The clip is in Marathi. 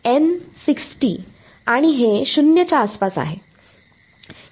N 60 आणि हे 0 च्या आसपास आहे